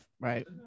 Right